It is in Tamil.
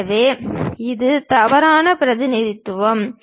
எனவே இது தவறான பிரதிநிதித்துவம்